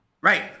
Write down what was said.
Right